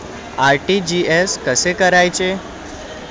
RTGS कसे करायचे?